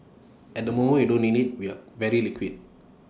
at the moment we don't need IT we are very liquid